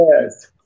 Yes